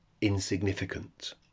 insignificant